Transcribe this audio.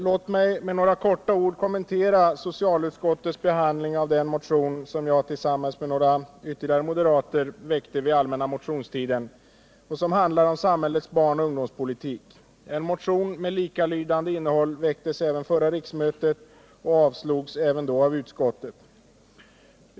Låt mig kortfattat kommentera socialutskottets behandling av den motion som jag tillsammans med några ytterligare moderater väckte under den allmänna motionstiden och som handlar om samhällets barnoch ungdomspolitik. En motion med likalydande innehåll väcktes även vid det förra riksmötet och avstyrktes även då av utskottet.